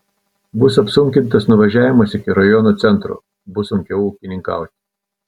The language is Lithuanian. bus apsunkintas nuvažiavimas iki rajono centro bus sunkiau ūkininkauti